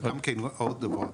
ועוד דבר,